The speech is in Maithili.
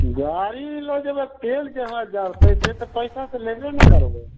गाड़ी लऽ जेबै तेल जहाँ जड़तै से तऽ पैसा तऽ लेबे ने करबै